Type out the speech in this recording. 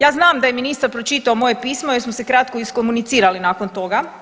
Ja znam da je ministar pročitao moje pismo jer smo se kratko iskomunicirali nakon toga.